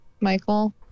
Michael